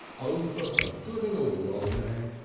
over for good and all, o' man.